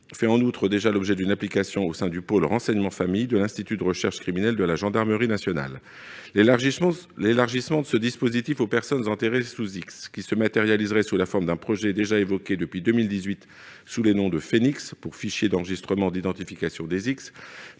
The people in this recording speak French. fait en outre déjà l'objet d'une application au sein de la cellule « Renseignement Famille » de l'Institut de recherche criminelle de la gendarmerie nationale (IRCGN). L'élargissement de ce dispositif aux personnes enterrées sous X, qui se matérialiserait sous la forme d'un projet déjà évoqué depuis 2018 sous le nom de Fenix, pour désigner le fichier d'enregistrement et d'identification des X,